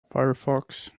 firefox